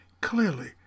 clearly